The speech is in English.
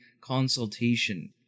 consultation